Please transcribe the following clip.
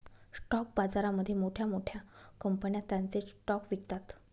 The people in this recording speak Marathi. स्टॉक बाजारामध्ये मोठ्या मोठ्या कंपन्या त्यांचे स्टॉक्स विकतात